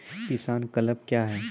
किसान क्लब क्या हैं?